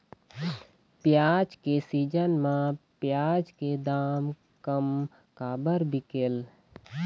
प्याज के सीजन म प्याज के दाम कम काबर बिकेल?